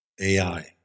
ai